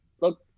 look